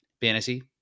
fantasy